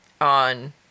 on